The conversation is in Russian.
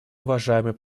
уважаемый